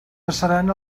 passaran